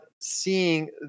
seeing